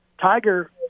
Tiger